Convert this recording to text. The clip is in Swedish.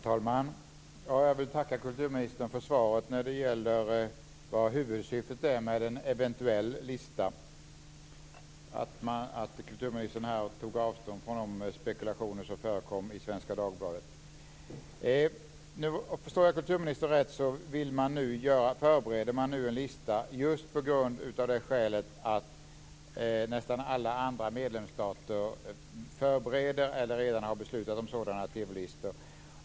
Herr talman! Jag vill tacka kulturministern för svaret när det gäller vad huvudsyftet är med en eventuell lista, och att kulturministern här tog avstånd från de spekulationer som förekom i Svenska Dagbladet. Om jag förstår kulturministern rätt förbereder man nu en lista just av det skälet att nästan alla andra medlemsstater förbereder eller redan har beslutat om sådana TV-listor.